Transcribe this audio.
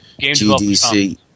GDC